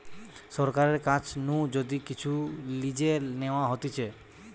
সরকারের কাছ নু যদি কিচু লিজে নেওয়া হতিছে